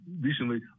recently